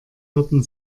würden